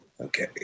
Okay